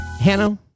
Hannah